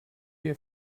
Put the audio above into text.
wir